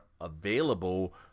available